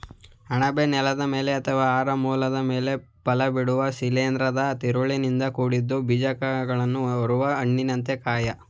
ಅಣಬೆ ನೆಲದ ಮೇಲೆ ಅಥವಾ ಆಹಾರ ಮೂಲದ ಮೇಲೆ ಫಲಬಿಡುವ ಶಿಲೀಂಧ್ರದ ತಿರುಳಿನಿಂದ ಕೂಡಿದ ಬೀಜಕಗಳನ್ನು ಹೊರುವ ಹಣ್ಣಿನಂಥ ಕಾಯ